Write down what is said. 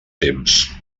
temps